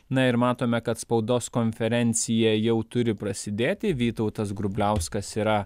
na ir matome kad spaudos konferencija jau turi prasidėti vytautas grubliauskas yra